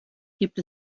gibt